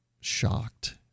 shocked